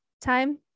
time